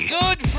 good